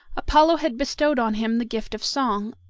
apollo had bestowed on him the gift of song,